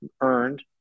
earned